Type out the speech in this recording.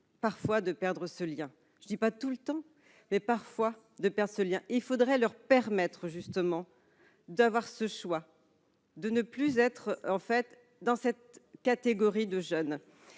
parfois de perdre ce lien, je ne dis pas tout le temps, mais parfois de personnes, il faudrait leur permettre justement d'avoir ce choix de ne plus être en fait dans cette catégorie de jeunes